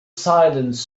silence